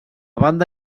banda